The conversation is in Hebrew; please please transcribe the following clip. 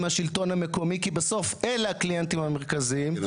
השלטון המקומי כי בסוף אלה הקליינטים המרכזיים -- איתן,